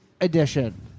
Edition